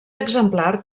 exemplar